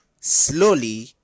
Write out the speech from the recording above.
slowly